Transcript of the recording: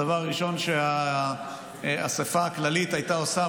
הדבר הראשון שהאספה הכללית הייתה עושה,